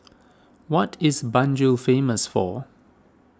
what is Banjul famous for